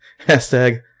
Hashtag